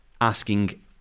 asking